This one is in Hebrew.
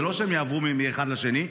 זה לא שהם יעברו מאחד לשני.